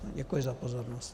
Děkuji za pozornost.